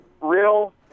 real